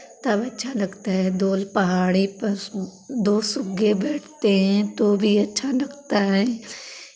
तब अच्छा लगता है दो पहाड़ी पशु दो सुग्गे बैठते हैं तो भी अच्छा लगता है